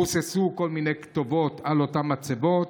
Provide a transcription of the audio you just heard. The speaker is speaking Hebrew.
רוססו כל מיני כתובות על אותן מצבות.